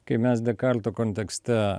kai mes dekalto kontekste